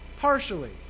partially